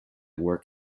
work